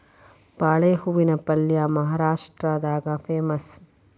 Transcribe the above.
ಬಾಳೆ ಹೂವಿನ ಪಲ್ಯೆ ಮಹಾರಾಷ್ಟ್ರದಾಗ ಪೇಮಸ್